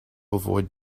avoid